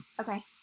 Okay